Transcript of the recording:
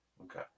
Okay